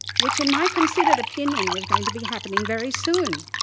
which in my considered opinion was going to be happening very soon,